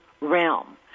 realm